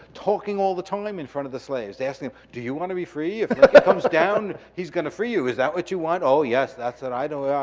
talking all the time in front of the slaves. they asked them, do you wanna be free? if he comes down, he's gonna free you, is that what you want? oh yes, that's it. i don't